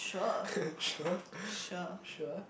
sure sure